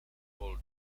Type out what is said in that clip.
voll